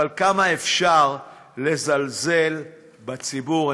אבל כמה אפשר לזלזל בציבור?